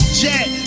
jet